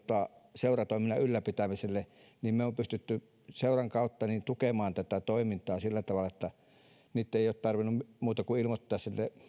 seuratoiminnan ylläpitämiseen mutta me olemme pystyneet seuran kautta tukemaan toimintaa sillä tavalla että heidän ei ole tarvinnut muuta kuin ilmoittaa